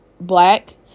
black